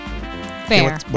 Fair